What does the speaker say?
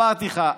אמרתי לך,